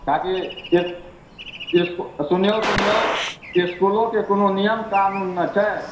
ताकि जे सुनिऔ सुनिऔ इसकुलोके कोनो नियम कानून ने छै